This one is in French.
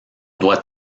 doit